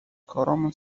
کارامون